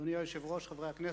אדוני היושב-ראש, חברי הכנסת,